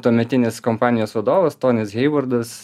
tuometinis kompanijos vadovas tonis heivordas